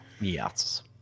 Yes